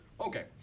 Okay